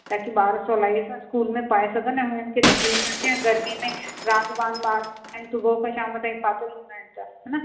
ताकि ॿार सवलाईअ सां स्कूल में पाए सघनि ऐं हुननि खे तकलीफ़ न थिए ऐं गर्मी में रांदि वांदि ॿार कंदा आहिनि सुबुअ खां शाम ताईं पातल हूंदा आहिनि त हान